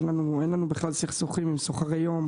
אין לנו בכלל סכסוכים עם סוחרי יום,